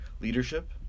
leadership